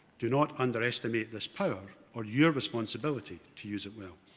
do not under-estimate this power or your responsibility to use it well.